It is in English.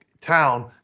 town